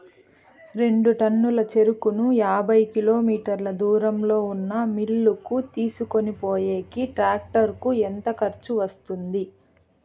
రెండు టన్నుల చెరుకును యాభై కిలోమీటర్ల దూరంలో ఉన్న మిల్లు కు తీసుకొనిపోయేకి టాక్టర్ కు ఎంత ఖర్చు వస్తుంది?